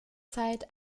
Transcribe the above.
zeit